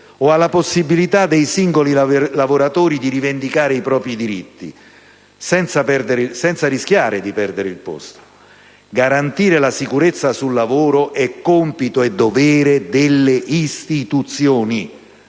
o alla possibilità dei singoli lavoratori di rivendicare i propri diritti senza rischiare di perdere il posto. Garantire la sicurezza sul lavoro è compito e dovere delle istituzioni,